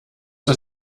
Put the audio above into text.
das